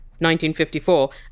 1954